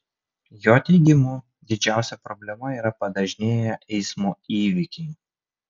jo teigimu didžiausia problema yra padažnėję eismo įvykiai